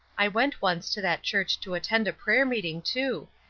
i went once to that church to attend a prayer-meeting, too,